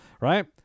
Right